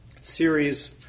series